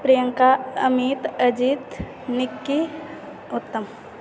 प्रियङ्का अमित अजीत निक्की उत्तम